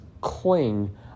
cling